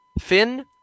Finn